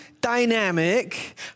dynamic